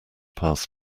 pass